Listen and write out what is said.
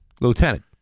Lieutenant